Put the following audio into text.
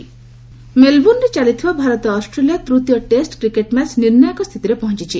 cricket ମେଲ୍ବୋର୍ଣ୍ଣରେ ଚାଲିଥିବା Bharat Australia ତୃତୀୟ ଟେଷ୍ଟ୍ କ୍ରିକେଟ୍ ମ୍ୟାଚ୍ ନିର୍ଣ୍ଣାୟକ ସ୍ଥିତିରେ ପହଞ୍ଚିଛି